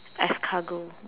escargot